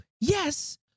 yes